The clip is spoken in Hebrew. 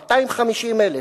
250,000,